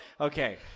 okay